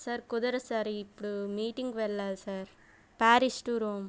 sir కుదరదు sir ఇప్పుడు మీటింగ్కి వెళ్ళాలి సార్ ప్యారిస్ టూ రోమ్